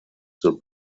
zur